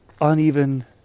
uneven